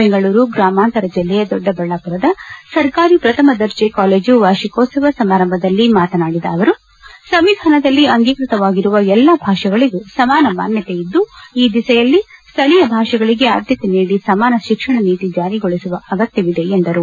ಬೆಂಗಳೂರು ಗ್ರಾಮಾಂತರ ಜಿಲ್ಲೆಯ ದೊಡ್ಡಬಳ್ಳಾಪುರದ ಸರ್ಕಾರಿ ಪ್ರಥಮ ದರ್ಜೆ ಕಾಲೇಜು ವಾರ್ಷಿಕೋತ್ಸವ ಸಮಾರಂಭದಲ್ಲಿ ಮಾತನಾಡಿದ ಅವರು ಸಂವಿಧಾನದಲ್ಲಿ ಅಂಗೀಕ್ವತವಾಗಿರುವ ಎಲ್ಲಾ ಭಾಷೆಗಳಿಗೂ ಸಮಾನ ಮಾನ್ಯತೆ ಇದ್ದು ಈ ದಿಸೆಯಲ್ಲಿ ಸ್ವಳೀಯ ಭಾಷೆಗಳಿಗೆ ಆದ್ಯತೆ ನೀದಿ ಸಮಾನ ಶಿಕ್ಷಣ ನೀತಿ ಜಾರಿಗೊಳಿಸುವ ಅಗತ್ಯವಿದೆ ಎಂದರು